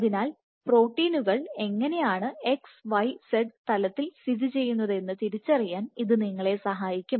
അതിനാൽ പ്രോട്ടീനുകൾ എങ്ങനെയാണ് x y z തലത്തിൽ സ്ഥിതിചെയ്യുന്നതെന്ന് തിരിച്ചറിയാൻ ഇത് നിങ്ങളെ സഹായിക്കും